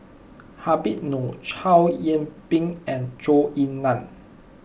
Habib Noh Chow Yian Ping and Zhou Ying Nan